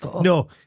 No